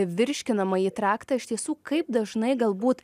virškinamąjį traktą iš tiesų kaip dažnai galbūt